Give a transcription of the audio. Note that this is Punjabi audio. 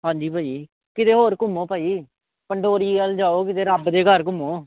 ਹਾਂਜੀ ਭਾਅ ਜੀ ਕਿਤੇ ਹੋਰ ਘੁੰਮੋ ਭਾਅ ਜੀ ਪੰਡੋਰੀ ਵੱਲ ਜਾਓ ਕਿਤੇ ਰੱਬ ਦੇ ਘਰ ਘੁੰਮੋ